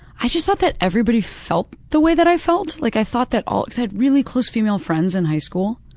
i just thought that everybody felt the way that i felt, like i thought that all because i had really close female friends in high school,